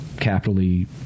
capitally